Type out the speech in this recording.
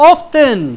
Often